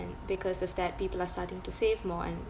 because of that people are starting to save more and